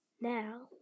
now